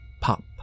pop